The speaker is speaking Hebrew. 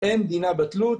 אין דינה בטלות.